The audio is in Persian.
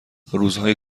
روزهای